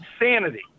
insanity